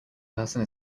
person